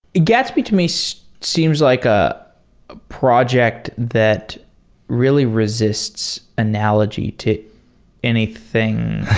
gatsby to me so seems like a project that really resists analogy to anything.